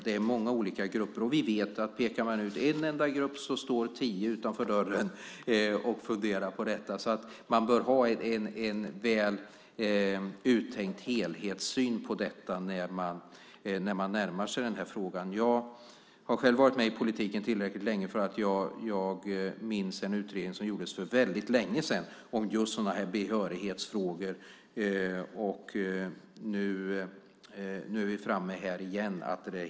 Det är väldigt många olika grupper. Vi vet att pekar man ut en enda grupp står andra utanför dörren och funderar på det. Man bör ha en väl uttänkt helhetssyn på detta när man närmar sig frågan. Jag har själv varit tillräckligt länge i politiken för att jag minns en utredning som gjordes för väldigt länge sedan om just behörighetsfrågor. Nu är vi framme där igen.